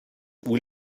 will